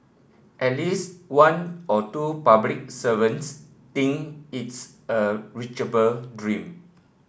at least one or two public servants think it's a reachable dream